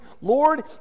Lord